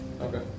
Okay